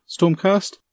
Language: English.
Stormcast